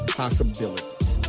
possibilities